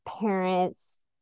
parents